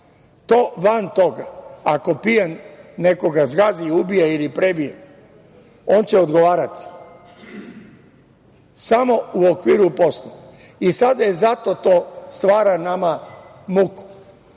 To van toga, ako pijan nekoga zgazi i ubije ili prebije, on će odgovarati samo u okviru posla. Sada zato to stvara nama muku,